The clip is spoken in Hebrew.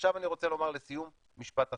עכשיו אני רוצה לומר לסיום משפט אחרון.